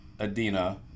Adina